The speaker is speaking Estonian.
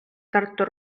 tartu